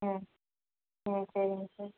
ம் ம் சரிங்க சார்